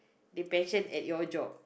they pension at your job